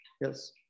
yes